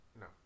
No